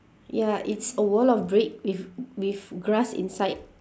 ya it's a wall of brick with with grass inside